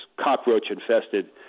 cockroach-infested